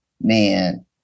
man